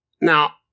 Now